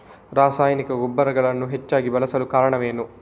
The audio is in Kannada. ರಾಸಾಯನಿಕ ಗೊಬ್ಬರಗಳನ್ನು ಹೆಚ್ಚಾಗಿ ಬಳಸಲು ಕಾರಣವೇನು?